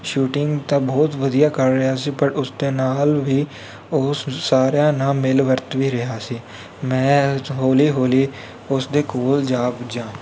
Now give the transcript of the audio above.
shooting ਤਾਂ ਬਹੁਤ ਵਧੀਆ ਕਰ ਰਿਹਾ ਸੀ ਪਰ ਉਸਦੇ ਨਾਲ ਵੀ ਉਹ ਸਾਰਿਆਂ ਨਾਲ ਮਿਲ ਵਰਤ ਵੀ ਰਿਹਾ ਸੀ ਮੈਂ ਹੌਲੀ ਹੌਲੀ ਉਸਦੇ ਕੋਲ ਜਾ ਪੁੱਜਾ